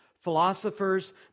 philosophers